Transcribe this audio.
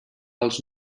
els